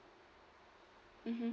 mmhmm